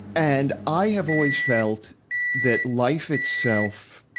and, i have always felt that life itself